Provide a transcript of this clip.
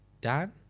Dan